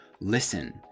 listen